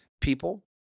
people